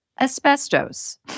asbestos